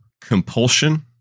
compulsion